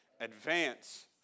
advance